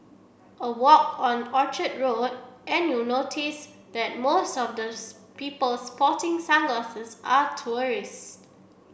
a walk on Orchard Road and you'll notice that most of the people sporting sunglasses are tourists